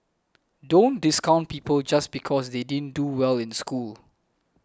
don't discount people just because they didn't do well in school